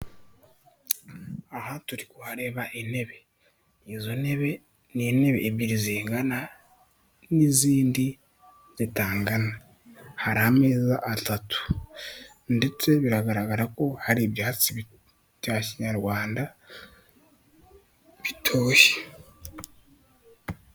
Aha turi kuhareba intebe. Izo ntebe ni intebe ebyiri zingana n'izindi zitangana, hari amezi atatu ndetse biragaragara ko hari ibyatsi bya Kinyarwanda bitoshye.